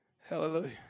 Hallelujah